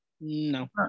no